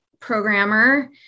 programmer